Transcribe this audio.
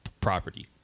property